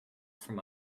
from